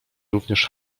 również